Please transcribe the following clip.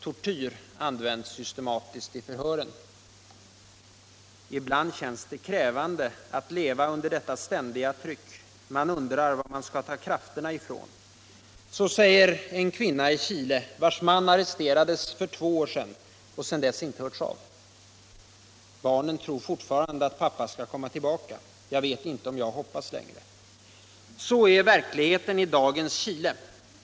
Tortyr används systematiskt i förhören. —- Ibland känns det krävande att leva under detta ständiga tryck. Man undrar var man skall ta krafterna ifrån. Så säger en kvinna i Chile vars man arrresterades för två år sedan och sedan dess inte hörts av. — Barnen tror fortfarande att pappa skall komma tillbaka. Jag vet inte om jag hoppas längre. Så är verkligheten i dagens Chile.